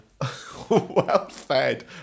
Well-fed